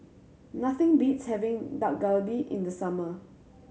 nothing beats having Dak Galbi in the summer